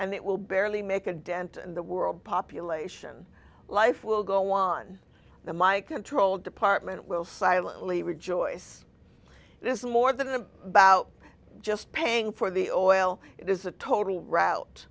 and it will barely make a dent in the world population life will go on the my control department will silently rejoice it is more than a bout just paying for the oil it is a total rout